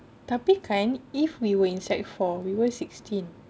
tapi kan if we were in sec four we were sixteen